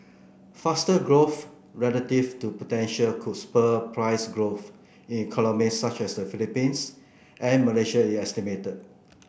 faster growth relative to potential could spur price growth in economies such as the Philippines and Malaysia it estimated